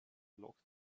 lockt